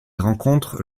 rencontre